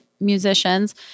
musicians